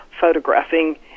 photographing